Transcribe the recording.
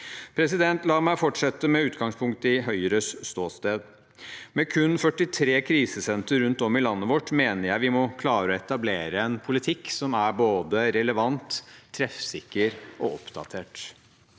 La meg fortsette med utgangspunkt i Høyres ståsted. Med kun 43 krisesenter rundt om i landet vårt mener jeg vi må klare å etablere en politikk som er både relevant, treffsikker og oppdatert.